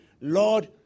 Lord